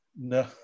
No